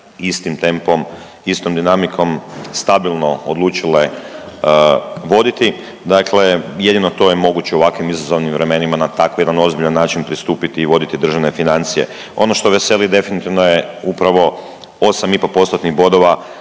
istim tempom, istom dinamikom stabilno odlučile voditi. Dakle, jedino to je moguće u ovakvim izazovnim vremenima na tako jedan ozbiljan način pristupiti i voditi državne financije. Ono što veseli definitivno je upravo 8,5